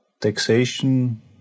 taxation